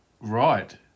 Right